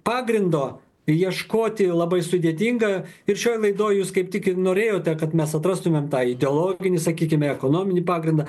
pagrindo ieškoti labai sudėtinga ir šioj laidoj jūs kaip tik ir norėjote kad mes atrastumėme tą ideologinį sakykime ekonominį pagrindą